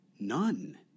None